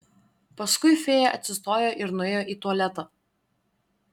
paskui fėja atsistojo ir nuėjo į tualetą